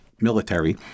military